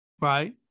Right